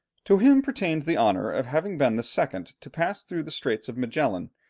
to him pertains the honour of having been the second to pass through the strait of magellan,